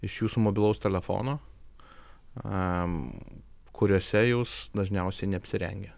iš jūsų mobilaus telefono a kuriuose jūs dažniausiai neapsirengę